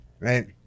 right